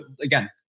again